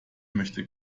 möchte